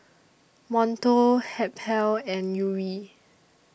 Monto Habhal and Yuri